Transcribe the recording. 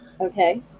okay